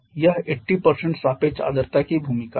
यह 80 सापेक्ष आर्द्रता की भूमिका है